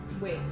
wait